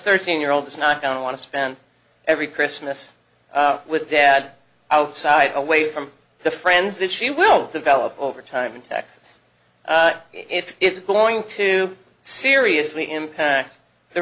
thirteen year old is not going to want to spend every christmas with dad outside away from the friends that she will develop over time in texas it's going to seriously impact the